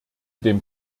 dem